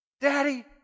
Daddy